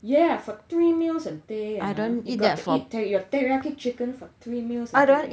yeah for three meals ah you got to eat teri~ teriyaki chicken for three meals a day